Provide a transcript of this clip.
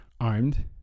armed